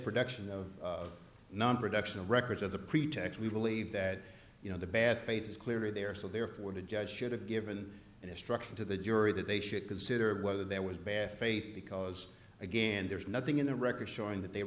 production of non production the records of the pretext we believe that you know the bad it is clear there so therefore the judge should have given an instruction to the jury that they should consider whether there was bad faith because again there's nothing in the record showing that they